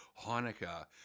Hanukkah